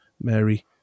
Mary